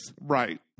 Right